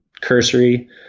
cursory